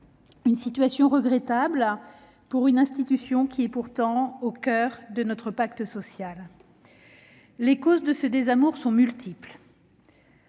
une situation regrettable pour une institution qui est pourtant au coeur de notre pacte social. Les causes de ce désamour sont multiples